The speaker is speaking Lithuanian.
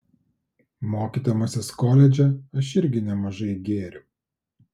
mokydamasis koledže aš irgi nemažai gėriau